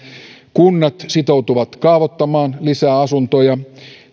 kunnat sitoutuvat kaavoittamaan lisää asuntoja